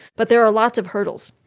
but there are lots of hurdles.